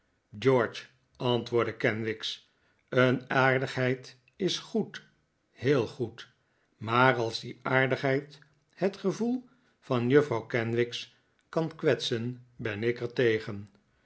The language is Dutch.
george antwoordde kenwigs een aardigheid is goed heel goed maar als die aardigheid het gevoel van juffrouw kenwigs kan kwetsen ben ik er tegen